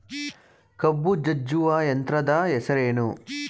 ಕಬ್ಬು ಜಜ್ಜುವ ಯಂತ್ರದ ಹೆಸರೇನು?